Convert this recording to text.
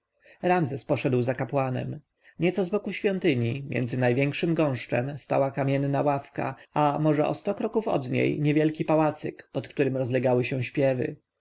ramzes poszedł za kapłanem nieco zboku świątyni między największym gąszczem stała kamienna ławka a może o sto kroków od niej niewielki pałacyk pod którym rozlegały się śpiewy